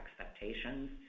expectations